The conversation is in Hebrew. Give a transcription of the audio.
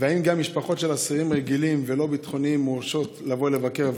2. האם גם משפחות של אסירים רגילים ולא ביטחוניים מורשות לבוא לבקר?